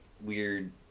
weird